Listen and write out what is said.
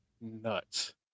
nuts